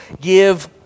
give